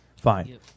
fine